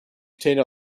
contained